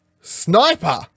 sniper